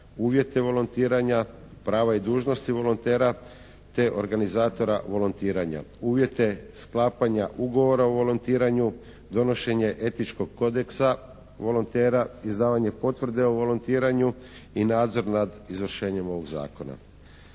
uvjete volontiranja, prava i dužnosti volontera te organizatora volontiranja, uvjete sklapanja ugovora o volontiranju, donošenje etičkog kodeksa volontera, izdavanje potvrde o volontiranju i nadzor nad izvršenjem ovog zakona.